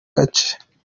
gace